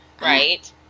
Right